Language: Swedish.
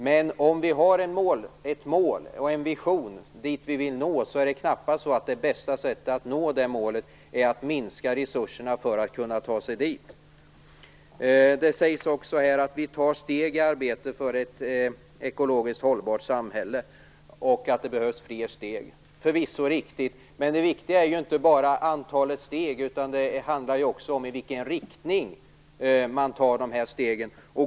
Men om vi har ett mål och en vision dit vi vill nå är knappast det bästa sättet att nå det målet att minska resurserna för att kunna ta sig dit. Det sägs att vi nu tar steg i arbetet för ett ekologiskt hållbart samhälle och att det behövs fler steg. Förvisso är det riktigt. Men det viktiga är inte bara antalet steg, utan det handlar också om i vilken riktning man tar dessa steg.